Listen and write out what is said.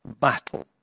battle